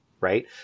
right